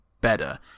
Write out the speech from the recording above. better